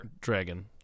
Dragon